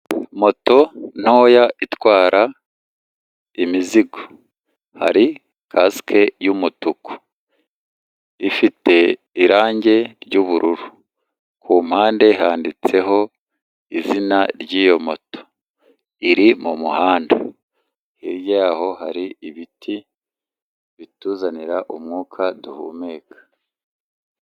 Moto ntoya itwara imizigo, hari kasike y'umutuku, ifite irangi ry'ubururu, ku mpande handitseho izina ry'iyo moto iri mu muhanda, hirya yaho hari ibiti bituzanira umwuka duhumeka.